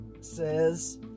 says